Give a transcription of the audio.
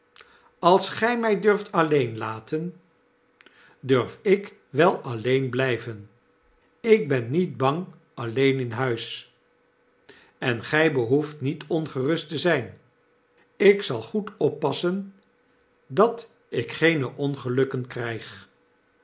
als gg mg durft alleen laten durf ik wel alleen blgven ik ben niet bang alleen inhuis en gij behoeft niet ongerust te zgn ik zal goed oppassen dat ik geene ongelukken krgg